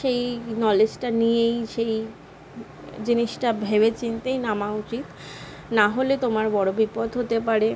সেই নলেজটা নিয়েই সেই জিনিসটা ভেবে চিন্তেই নামা উচিত নাহলে তোমার বড়ো বিপদ হতে পারে